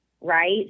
right